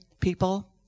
people